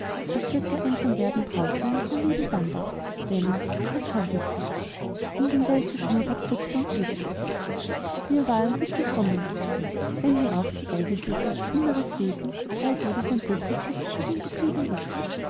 es wird gar einsam werden draußen in unserem lieben dambach denn er kommt nicht mehr um den weißen schnurrbart zuckte und bebte es mir war er ein guter sohn mein kind wenn mir auch sein eigentliches inneres wesen zeitlebens ein buch mit sieben siegeln geblieben ist